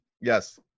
Yes